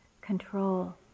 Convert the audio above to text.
control